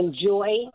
enjoy